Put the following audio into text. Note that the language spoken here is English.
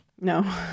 No